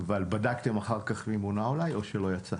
אבל בדקתם אחר כך אם הוא מונה אולי או שלא יצא?